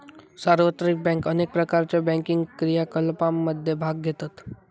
सार्वत्रिक बँक अनेक प्रकारच्यो बँकिंग क्रियाकलापांमध्ये भाग घेतत